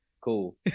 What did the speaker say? Cool